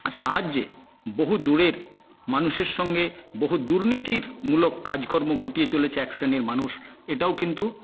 সাহায্যে বহুদূরের মানুষের সঙ্গে বহু দুর্নীতিরমূলক কাজকর্ম ঘটিয়ে চলেছে এক শ্রেণির মানুষ এটাও কিন্তু